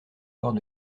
corps